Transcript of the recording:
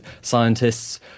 scientists